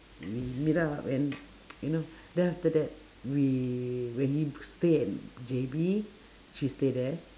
we meet up and you know then after that we when he stay at J_B she stay there